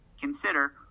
consider